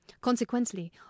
Consequently